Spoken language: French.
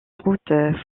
route